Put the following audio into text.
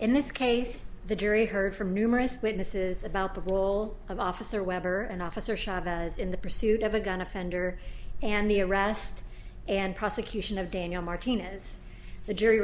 in this case the jury heard from numerous witnesses about the role of officer webber and officer shot in the pursuit of a gun offender and the arrest and prosecution of danielle martinez the jury